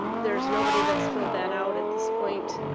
there's nobody that's filled that out at this point,